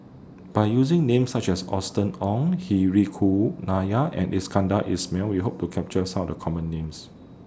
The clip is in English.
By using Names such as Austen Ong Hri Nair and Iskandar Ismail We Hope to capture Some of The Common Names